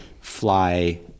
fly